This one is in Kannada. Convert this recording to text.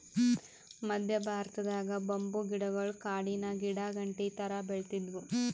ಮದ್ಯ ಭಾರತದಾಗ್ ಬಂಬೂ ಗಿಡಗೊಳ್ ಕಾಡಿನ್ ಗಿಡಾಗಂಟಿ ಥರಾ ಬೆಳಿತ್ತಿದ್ವು